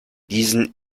diesen